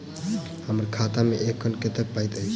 हम्मर खाता मे एखन कतेक पाई अछि?